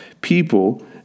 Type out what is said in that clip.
people